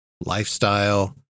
lifestyle